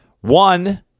One